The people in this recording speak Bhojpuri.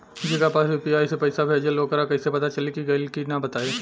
जेकरा पास यू.पी.आई से पईसा भेजब वोकरा कईसे पता चली कि गइल की ना बताई?